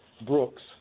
Brooks